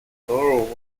borough